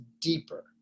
deeper